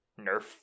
nerf